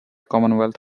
commonwealth